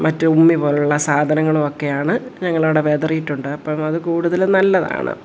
മറ്റ് ഉമ്മിപോലുള്ള സാധനങ്ങളുവൊക്കെയാണ് ഞങ്ങളവിടെ വിതറീട്ടുണ്ട് അപ്പം അത് കൂടുതലും നല്ലതാണ്